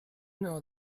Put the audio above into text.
know